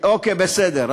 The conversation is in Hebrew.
אוקיי, בסדר.